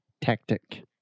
tactic